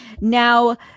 now